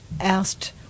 asked